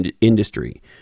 industry